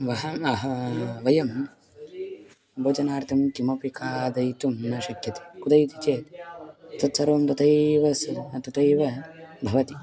वयम् अहं वयं भोजनार्थं किमपि खादयितुं न शक्यन्ते कुतः इति चेत् तत्सर्वं तथैव सः तथैव भवति